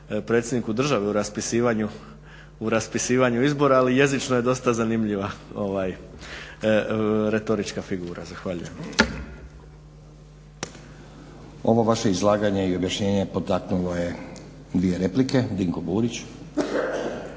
predsjedniku države u raspisivanju izbora, ali jezično je dosta zanimljiva retorička figura. Zahvaljujem. **Stazić, Nenad (SDP)** Ovo vaše izlaganje i objašnjenje potaknulo je dvije replike. Dinko Burić.